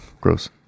Gross